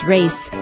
Race